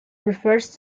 refers